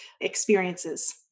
experiences